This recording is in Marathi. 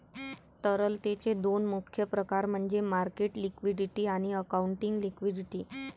तरलतेचे दोन मुख्य प्रकार म्हणजे मार्केट लिक्विडिटी आणि अकाउंटिंग लिक्विडिटी